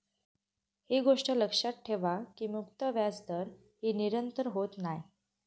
ही गोष्ट लक्षात ठेवा की मुक्त व्याजदर ही निरंतर होत नाय